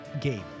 game